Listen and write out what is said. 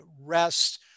Rest